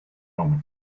moment